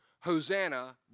Hosanna